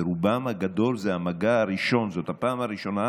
לרובם הגדול זה המגע הראשון, זאת הפעם הראשונה